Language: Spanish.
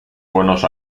buenos